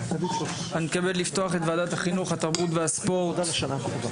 אני מתכבד לפתוח את ועדת החינוך התרבות והספורט בנושא